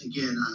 Again